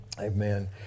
Amen